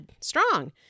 strong